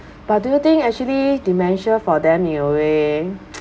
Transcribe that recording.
but do you think actually dementia for them in a way